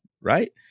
right